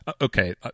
Okay